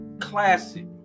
classic